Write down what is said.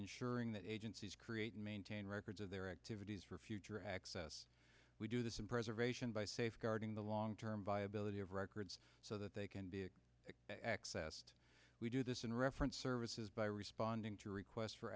ensuring that agencies create and maintain records of their activities for future access we do this in preservation by safeguarding the long term viability of records so that they can be accessed we do this in reference services by responding to requests for